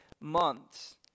months